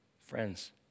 Friends